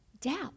doubt